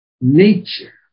Nature